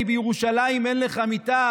כי בירושלים אין לך מיטה,